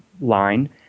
line